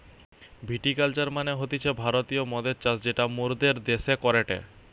ভিটি culture মানে হতিছে ভারতীয় মদের চাষ যেটা মোরদের দ্যাশে করেটে